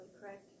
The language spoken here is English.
correct